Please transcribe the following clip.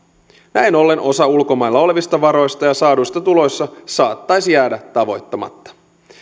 näin ollen osa ulkomailla olevista varoista ja saaduista tuloista saattaisi jäädä tavoittamatta